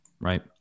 Right